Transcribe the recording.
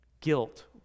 Guilt